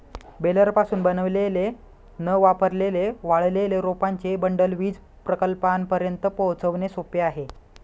बेलरपासून बनवलेले न वापरलेले वाळलेले रोपांचे बंडल वीज प्रकल्पांपर्यंत पोहोचवणे सोपे आहे